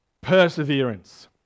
perseverance